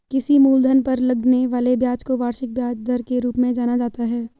किसी मूलधन पर लगने वाले ब्याज को वार्षिक ब्याज दर के रूप में जाना जाता है